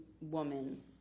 woman